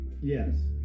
Yes